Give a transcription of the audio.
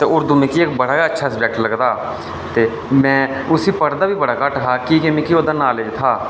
ते उर्दू मिगी इक बड़ा गै अच्छा सबजैक्ट लगदा हा ते में उसी पढ़दा बी बड़ा घट्ठ हा की जे मिगी ओह्दा नालेज हा